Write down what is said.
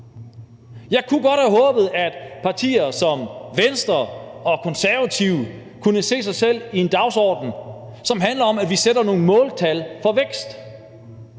Jeg kunne godt have håbet, at partier som Venstre og Konservative kunne se sig selv i en dagsorden, som handler om, at vi sætter nogle måltal for vækst.